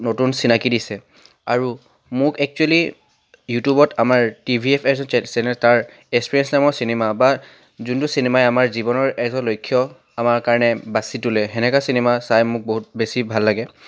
নতুন চিনাকি দিছে আৰু মোক একচুৱেলী ইউটিউবত আমাৰ T V F associate channel তাৰ এস্পিৰেণ্টছ্ নামৰ চিনেমা বা যোনটো চিনেমাই আমাৰ জীৱনৰ এটা লক্ষ্য আমাৰ কাৰণে বাছি তোলে সেনেকুৱা চিনেমা চাই মোক বহুত বেছি ভাল লাগে